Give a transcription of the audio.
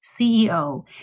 CEO